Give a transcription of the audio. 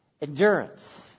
endurance